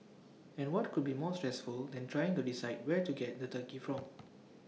and what could be more stressful than trying to decide where to get the turkey from